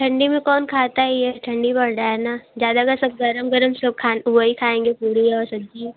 ठंडी में कौन खाता है ये ठंडी बढ़ रहा है ना ज़्यादा का सब गर्म गर्म सब वही खाएंगे पूरी और सब्ज़ी